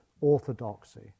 orthodoxy